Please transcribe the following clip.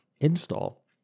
install